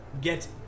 get